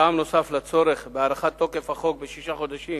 טעם נוסף להארכת תוקף החוק בשישה חודשים